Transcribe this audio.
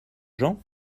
gens